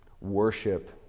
worship